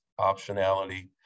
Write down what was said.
optionality